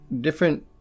different